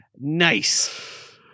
nice